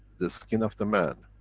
the skin of the man.